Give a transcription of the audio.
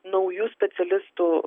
naujų specialistų